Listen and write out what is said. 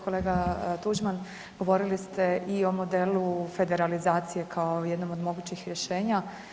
Kolega Tuđman govorili ste i o modelu federalizacije kao jednom od mogućih rješenja.